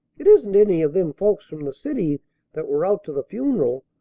it isn't any of them folks from the city that were out to the funeral,